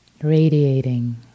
Radiating